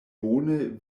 bone